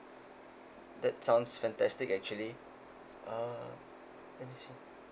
that sounds fantastic actually uh okay